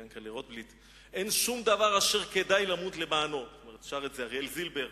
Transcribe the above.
יענק'לה רוטבליט ושר את זה אריאל זילבר: